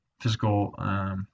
physical